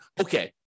okay